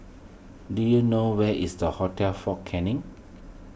do you know where is the Hotel fort Canning